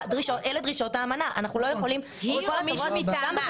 אלה דרישות האמנה, היא או מישהו מטעמה.